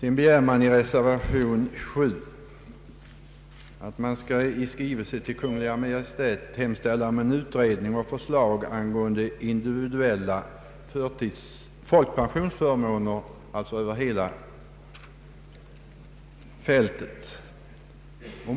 I reservation 7 begärs att riksdagen skall i skrivelse till Kungl. Maj:t anhålla om utredning och förslag angående individuella folkpensionsförmåner, alltså över hela fältet.